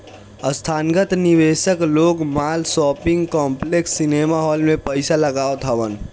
संथागत निवेशक लोग माल, शॉपिंग कॉम्प्लेक्स, सिनेमाहाल में पईसा लगावत हवन